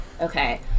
Okay